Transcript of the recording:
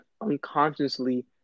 unconsciously